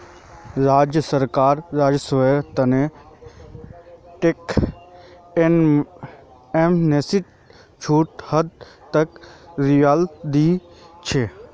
राज्य सरकार राजस्वेर त न टैक्स एमनेस्टीत कुछू हद तक रियायत दी छेक